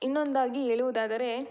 ಇನ್ನೊಂದಾಗಿ ಹೇಳುವುದಾದರೆ